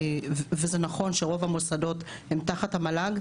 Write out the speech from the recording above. וזה נכון שרוב המוסדות נמצאים תחת המל"ג.